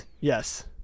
Yes